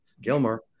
Gilmer